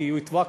כי הוא יטבע,